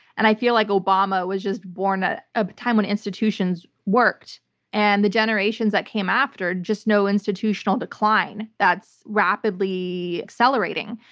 and i feel like obama was just born at a time when institutions worked and the generations that came after just know institutional decline that's rapidly accelerating.